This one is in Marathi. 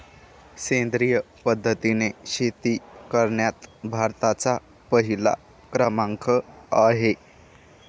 सेंद्रिय पद्धतीने शेती करण्यात भारताचा पहिला क्रमांक आहे